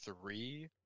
three